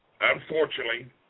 unfortunately